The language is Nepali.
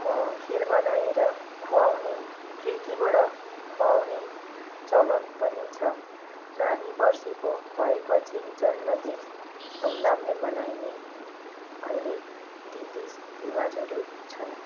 खिर बनाएर खुवाउने खिर्कीबाट खुवाउने चलन पनि छ नानी वर्षीको भए पछि जन्म दिन धुम धामले मनाइने अहिले रीतिरिवाजहरू छन्